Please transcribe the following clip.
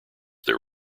their